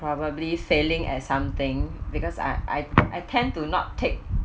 probably failing at something because I I I tend to not take